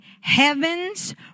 heaven's